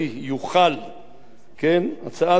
הצעה זאת מבקשת להחיל את החוק הישראלי על